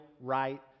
right